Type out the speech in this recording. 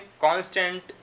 constant